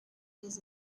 his